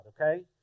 okay